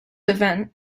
event